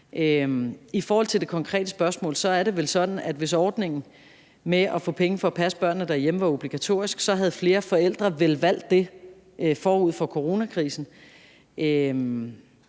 I forhold til det konkrete spørgsmål er det vel sådan, at hvis ordningen med at få penge for at passe børnene derhjemme var obligatorisk, havde flere forældre vel valgt det forud for coronakrisen,